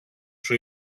σου